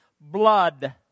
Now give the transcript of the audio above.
blood